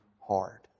hard